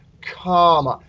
comma.